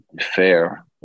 fair